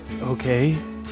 Okay